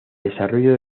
desarrollo